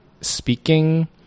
speaking